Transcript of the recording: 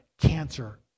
cancer